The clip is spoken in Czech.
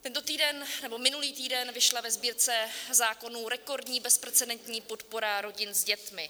Tento týden nebo minulý týden vyšla ve Sbírce zákonů rekordní bezprecedentní podpora rodin s dětmi.